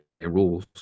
rules